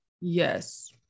Yes